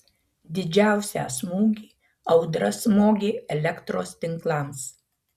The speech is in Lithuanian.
didžiausią smūgį audra smogė elektros tinklams